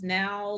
now